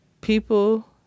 people